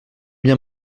bien